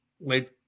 late